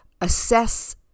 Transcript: assess